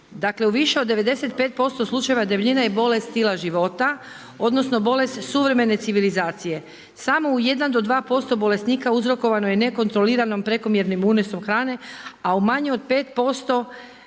Dakle u više od 95% slučajeva debljina je bolest stila života odnosno bolest suvremene civilizacije. Samo u jedan do 2% bolesnika uzrokovano je nekontroliranim prekomjernim unosom hrane a u manje od 5%